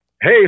Hey